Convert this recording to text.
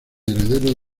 heredero